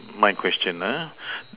my question uh